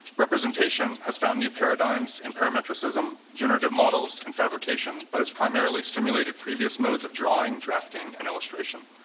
representation has found new paradigms in parametricism generative models, and fabrication, but has primarily simulated previous modes of drawing, drafting, and illustration.